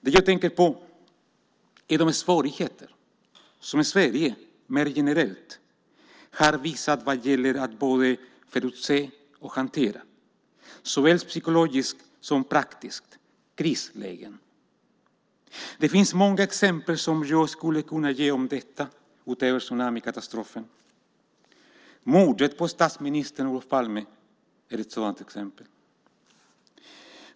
Det jag tänker på är de svårigheter som Sverige mer generellt har visat på vad gäller att både förutse och hantera krislägen, såväl psykologiskt som praktiskt. Det finns många exempel som jag skulle kunna ge på detta utöver tsunamikatastrofen. Mordet på statsminister Olof Palme är ett sådant exempel.